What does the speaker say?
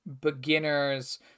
beginners